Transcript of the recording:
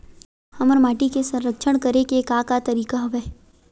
हमर माटी के संरक्षण करेके का का तरीका हवय?